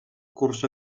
curs